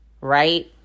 right